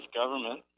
government